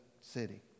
city